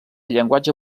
llenguatge